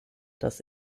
das